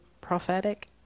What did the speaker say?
prophetic